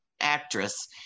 actress